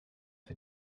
for